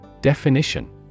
Definition